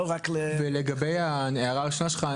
ולגבי ההערה הראשונה שלך,